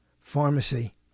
pharmacy